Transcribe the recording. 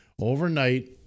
Overnight